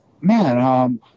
man